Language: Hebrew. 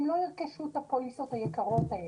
הם לא ירכשו את הפוליסות היקרות האלה.